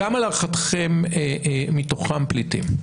כמה להערכתם מתוכם פליטים?